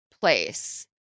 place